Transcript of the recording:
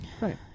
Right